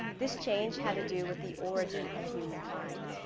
this change had to do with the origin of humankind.